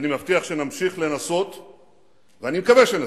אני מבטיח שנמשיך לנסות ואני מקווה שנצליח.